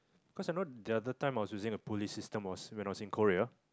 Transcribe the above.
cause I know the other time I was using the pulley system was when I was in Korea